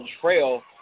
trail